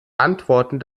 antworten